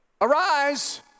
arise